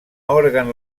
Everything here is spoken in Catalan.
òrgan